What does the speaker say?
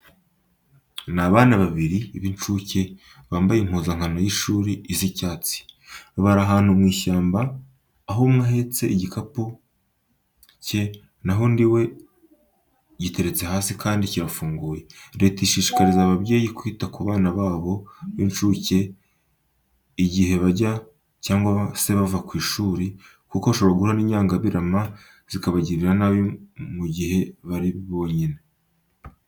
Ni abana babiri b'incuke bambaye impuzankano y'ishuri isa icyatsi. Bari ahanu mu ishyamba, aho umwe ahentse igikapu cye naho undi we giteretse hasi kandi kirafunguye. Leta ishishikariza ababyeyi kwita ku bana babo b'incuke igihe bajya cyangwa se bava ku ishuri kuko bashobora guhura n'inyangabirama zikabagirira nabi mu guhe bari binyine.